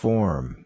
Form